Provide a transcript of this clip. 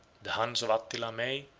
the huns of attila may,